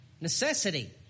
Necessity